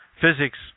physics